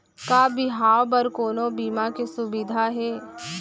का बिहाव बर कोनो बीमा के सुविधा हे?